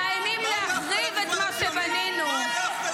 מאיימים להחריב את מה שבנינו -- בגללך,